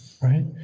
Right